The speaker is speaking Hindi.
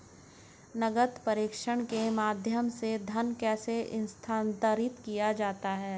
नकद प्रेषण के माध्यम से धन कैसे स्थानांतरित किया जाता है?